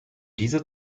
diese